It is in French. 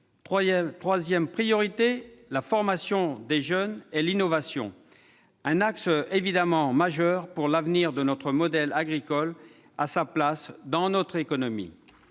Troisième priorité : la formation des jeunes et l'innovation, axe majeur, évidemment, pour l'avenir de notre modèle agricole et pour sa place dans notre économie.